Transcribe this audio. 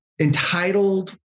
entitled